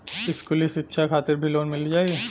इस्कुली शिक्षा खातिर भी लोन मिल जाई?